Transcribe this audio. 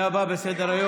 53,